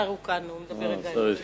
השר הוא כאן, הוא מדבר, אה, השר ישנו.